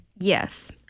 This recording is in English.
yes